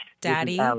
Daddy